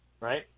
right